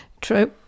True